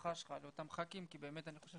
הברכה שלך לאותם ח"כים כי באמת אני חושב